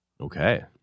Okay